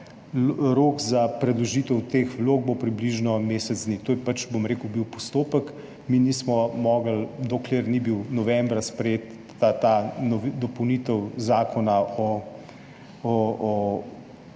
Rok za predložitev teh vlog bo približno mesec dni. To je pač bil postopek. Mi nismo mogli, dokler ni bila novembra sprejeta dopolnitev Zakona o